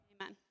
Amen